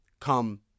Come